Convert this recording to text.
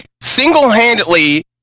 single-handedly